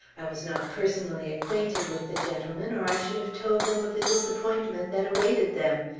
i was not personally acquainted with the gentlemen, or i should have told them of the disappointment that awaited them.